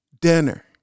dinner